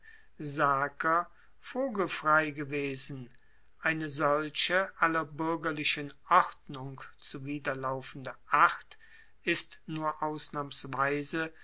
vogelfrei gewesen eine solche aller buergerlichen ordnung zuwiderlaufende acht ist nur ausnahmsweise